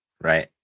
right